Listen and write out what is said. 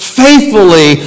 faithfully